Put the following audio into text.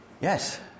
Yes